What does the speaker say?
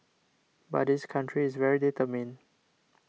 but this country is very determined